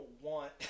want